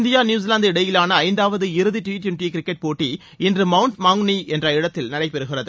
India New Zealand இடையிலான ஐந்தாவது இறுதி டி டுவள்டி கிரிக்கெட் போட்டி இன்று மவுண்ட் மாங்காநயி என்ற இடத்தில் நடைபெறுகிறது